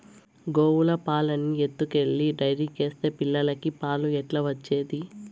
గోవుల పాలన్నీ ఎత్తుకెళ్లి డైరీకేస్తే పిల్లలకి పాలు ఎట్లా వచ్చేది